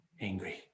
angry